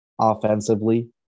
offensively